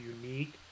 unique